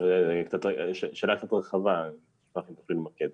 זו שאלה קצת רחבה, אני אשמח אם תוכלי למקד.